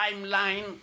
timeline